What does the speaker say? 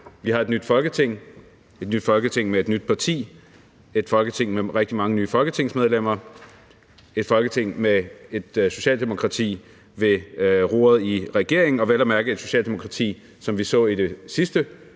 Vi har et nyt Folketing, et nyt Folketing med et nyt parti, et Folketing med rigtig mange nye folketingsmedlemmer, et Folketing med et Socialdemokrati ved roret i regeringen og vel at mærke et Socialdemokrati, som vi så i det sidste